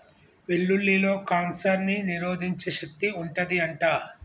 వెల్లుల్లిలో కాన్సర్ ని నిరోధించే శక్తి వుంటది అంట